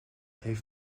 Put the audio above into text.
heeft